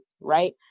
right